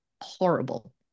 horrible